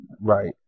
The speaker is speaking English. Right